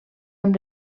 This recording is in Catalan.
amb